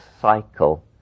cycle